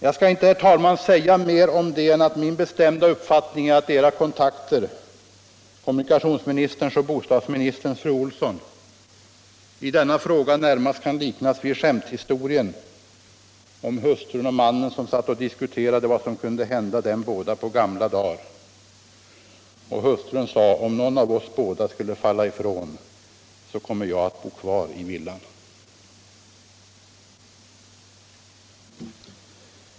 Jag skall inte säga mer om det än att min bestämda upp fattning är att era kontakter, kommunikationsministerns och bostadsministerns, i denna fråga närmast kan liknas vid skämthistorien om hustrun och mannen som diskuterade vad som kunde hända dem på gamla dar, varvid hustrun sade: Om någon av oss båda skulle falla ifrån, så kommer jag att bo kvar i villan.